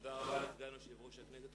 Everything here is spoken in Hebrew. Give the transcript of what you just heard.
תודה רבה לסגן יושב-ראש הכנסת,